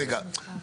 רגע.